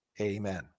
Amen